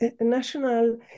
national